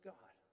God